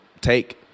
take